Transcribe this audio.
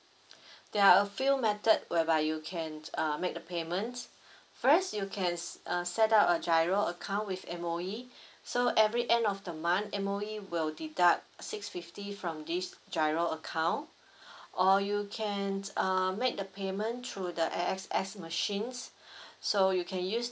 there are a few method whereby you can uh make the payment first you can uh set up a GIRO account with M_O_E so every end of the month M_O_E will deduct six fifty from this GIRO account or you can uh make the payment through the A_X_S machines so you can use